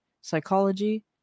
psychology